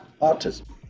autism